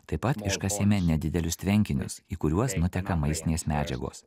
taip pat iškasėme nedidelius tvenkinius į kuriuos nuteka maistinės medžiagos